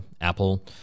Apple